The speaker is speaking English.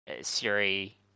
Siri